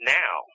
now